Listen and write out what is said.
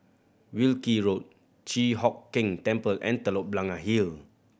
Wilkie Road Chi Hock Keng Temple and Telok Blangah Hill